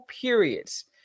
periods